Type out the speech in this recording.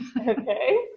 okay